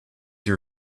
your